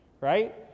Right